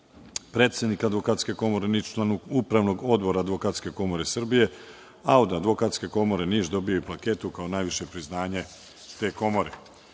predsednik Advokatske komore Niš, član Upravnog odbora Advokatske komore Srbije, a od Advokatske komore Niš dobio je i plaketu kao najviše priznanje te komore. Inače,